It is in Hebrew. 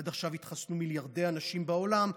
עד עכשיו התחסנו מיליארדי אנשים בעולם,